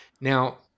Now